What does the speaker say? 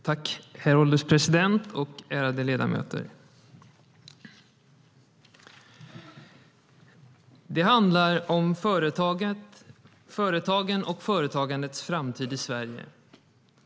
Herr ålderspresident och ärade ledamöter! Det här handlar om företagen och företagandets framtid i Sverige.